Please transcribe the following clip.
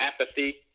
apathy